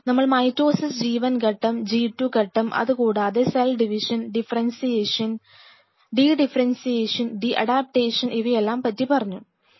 നമ്മൾ mitosis G 1 ഘട്ടം G 2 ഘട്ടം അത് കൂടാതെ cell division differentiation dedifferentiation deadaptation ഇവയെയെല്ലാം പറ്റി പറഞ്ഞു കഴിഞ്ഞു